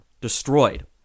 destroyed